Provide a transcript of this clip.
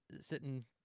sitting